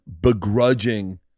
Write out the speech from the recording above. begrudging